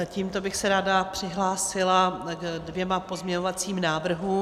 Tímto bych se ráda přihlásila ke dvěma pozměňovacím návrhům.